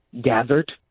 gathered